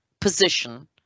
position